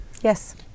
Yes